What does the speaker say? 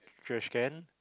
trash can